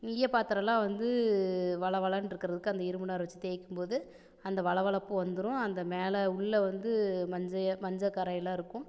ஈயப் பாத்திரமெலாம் வந்து வழவழனு இருக்கிறதுக்கு அந்த இரும்பு நார் வச்சு தேய்க்கும்போது அந்த வழவழப்பு வந்துடும் அந்த மேலே உள்ளே வந்து மஞ்சைய மஞ்சள் கறையெல்லாம் இருக்கும்